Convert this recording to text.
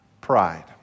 pride